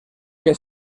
que